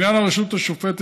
בעניין הרשות השופטת,